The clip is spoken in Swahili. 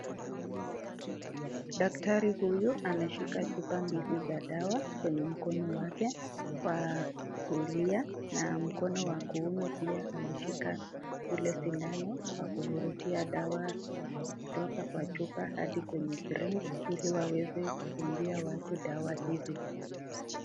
Daktari huyu anashika chupa mbili za dawa kwenye mkono wake wa kulia na mkono wa kiume pia ameshika ule sindano wa kuvurutia dawa kutoka kwa chupa hadi kwenye syringe ili waweze kudungia watu dawa hizi.